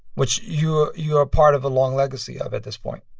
which you you are part of a long legacy of at this point?